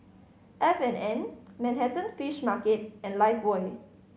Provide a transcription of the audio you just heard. F and N Manhattan Fish Market and Lifebuoy